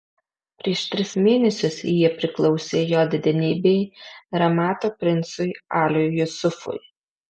prieš tris mėnesius jie priklausė jo didenybei ramato princui aliui jusufui